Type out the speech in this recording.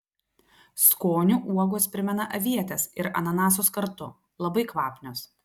skoniu uogos primena avietes ir ananasus kartu labai kvapnios